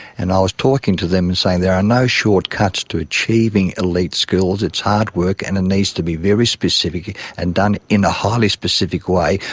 and i was talking to them and saying there are no short cuts to achieving elite skills, it's hard work, and it needs to be very specific and done in a highly specific way,